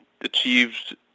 achieved